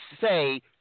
say